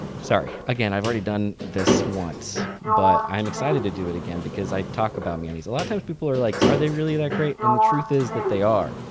sorry, again, i've already done this once. but i'm excited to do it again because i talk about meundies. a lot a times people are like are they really that great? and the truth is that they are,